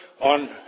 on